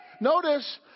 Notice